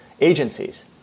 agencies